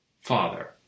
father